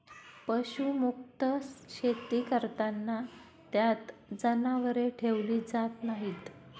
पशुमुक्त शेती करताना त्यात जनावरे ठेवली जात नाहीत